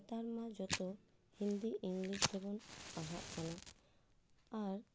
ᱟᱨ ᱱᱮᱛᱟᱨ ᱢᱟ ᱡᱚᱛᱚ ᱦᱤᱱᱫᱤ ᱤᱝᱞᱤᱥ ᱛᱮᱵᱚᱱ ᱯᱟᱲᱦᱟᱜ ᱠᱟᱱᱟ ᱟᱨ